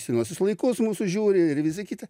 senuosius laikus mūsų žiūri ir visa kita